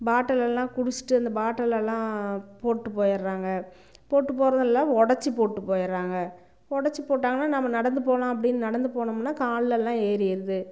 பாட்டிலெல்லாம் குடிச்சுட்டு அந்த பாட்டிலெல்லாம் போட்டு போயிடறாங்க போட்டு போகிறதும் இல்லை உடைச்சி போட்டு போயிடறாங்க உடைச்சி போட்டாங்கன்னால் நம்ம நடந்து போகலாம் அப்படின்னு நடந்து போனமுன்னால் கால்லலாம் ஏறிடுது